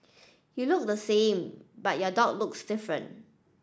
you look the same but your dog looks different